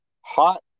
hot